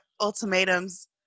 ultimatums